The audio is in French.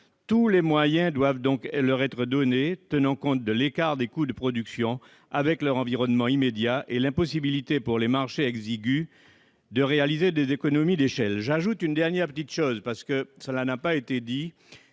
Tous les moyens doivent donc leur être donnés, en tenant compte de l'écart des coûts de production avec leur environnement immédiat et de l'impossibilité pour les marchés exigus de réaliser des économies d'échelle. J'ajouterai un point qui n'a pas été